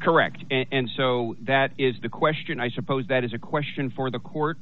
correct and so that is the question i suppose that is a question for the court